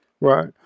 Right